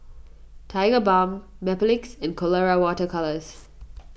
Tigerbalm Mepilex and Colora Water Colours